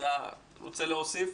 אתה רוצה להוסיף?